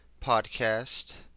podcast